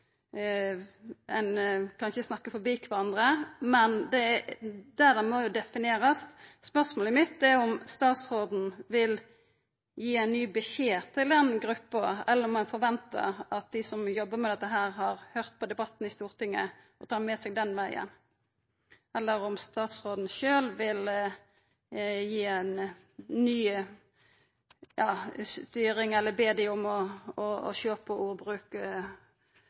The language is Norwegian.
forbi kvarandre. Men det må definerast. Spørsmålet mitt er om statsråden vil gi ein ny beskjed til den gruppa, eller om ein forventar at dei som jobbar med dette, har høyrt på debatten i Stortinget og tar det med seg den vegen. Eller vil statsråden sjølv gi ei ny styring eller be dei om å sjå på